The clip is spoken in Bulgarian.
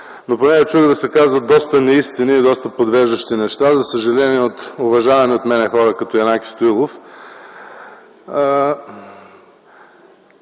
но чух да се казват доста неистини и доста подвеждащи неща, за съжаление, от уважавани от мен хора като Янаки Стоилов.